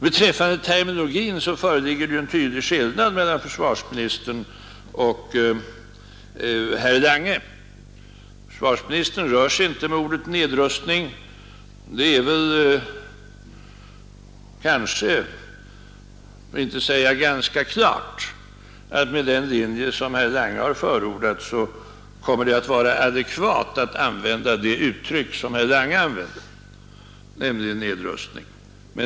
Beträffande terminologin föreligger det en tydlig skillnad mellan försvarsministern och herr Lange. Försvarsministern använder inte ordet ”nedrustning”. Men det är väl ganska klart att det med den linje som herr Lange förordat kommer att vara adekvat att använda det uttryck som herr Lange använder, dvs. ”nedrustning”.